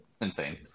insane